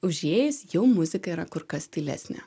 užėjus jau muzika yra kur kas tylesnė